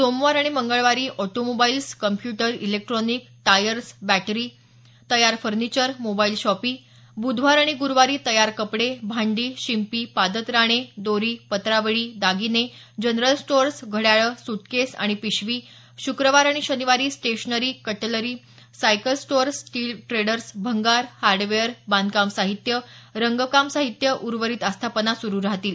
सोमवार आणि मंगळवारी automobiles computer electronic tyres battery तयार फर्निचर मोबाईल शॉपी बुधवार आणि गुरुवारी तयार कपडे भांडी शिंपी पादत्राणे दोरी पत्रावळी दागिने जनरल स्टोअर्स घड्याळं सुटकेस आणि पिशवी शुक्रवार आणि शनिवारी stationery cutlery cycle stores steel traders भंगार हार्डवेअर बांधकाम साहित्य रंगकाम साहित्य उर्वरीत आस्थापना सुरु राहतील